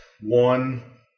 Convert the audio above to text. one